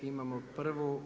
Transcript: Imamo prvu.